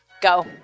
Go